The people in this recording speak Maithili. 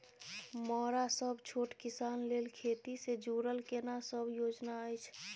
मरा सब छोट किसान लेल खेती से जुरल केना सब योजना अछि?